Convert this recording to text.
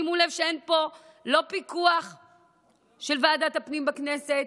שימו לב שאין פה לא פיקוח של ועדת הפנים בכנסת,